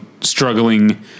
struggling